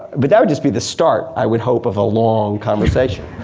but that would just be the start i would hope of a long conversation.